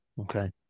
Okay